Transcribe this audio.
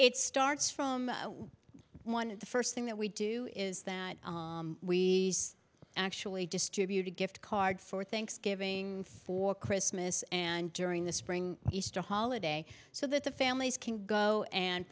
it starts from one of the first thing that we do is that we actually distributed gift card for thanksgiving for christmas and during the spring easter holiday so that the families can go and